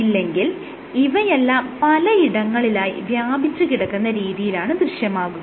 ഇല്ലെങ്കിൽ ഇവയെല്ലാം പലയിടങ്ങളിലായി വ്യാപിച്ച് കിടക്കുന്ന രീതിയിലാണ് ദൃശ്യമാകുക